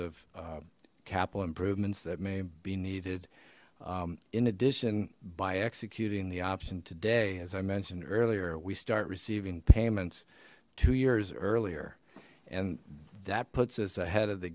of capital improvements that may be needed in addition by executing the option today as i mentioned earlier we start receiving payments two years earlier and that puts us ahead of the